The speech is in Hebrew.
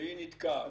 והיא נתקעת.